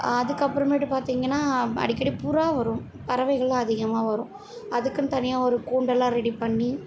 அதுக்கு அப்புறமேட்டு பார்த்திங்கனா அடிக்கடி புறா வரும் பறவைகள்லாம் அதிகமாக வரும் அதுக்குனு தனியாக ஒரு கூண்டெல்லாம் ரெடி பண்ணி